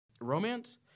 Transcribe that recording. Romance